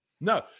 No